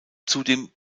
zudem